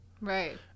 Right